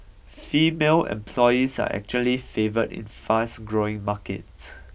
female employees are actually favoured in fast growing markets